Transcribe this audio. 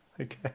Okay